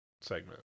segment